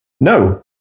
No